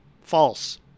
False